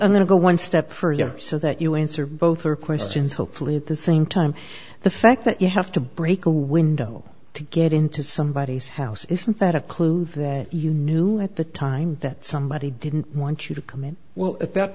go one step further so that you answer both of questions hopefully at the same time the fact that you have to break a window to get into somebody's house isn't that a clue that you knew at the time that somebody didn't want you to commit well at that